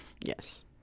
Yes